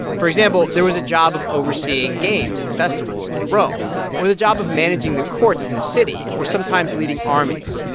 for example, there was a job of overseeing games and festivals in rome or the job of managing the courts in the city or sometimes leading armies,